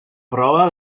prova